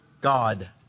God